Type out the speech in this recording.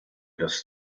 los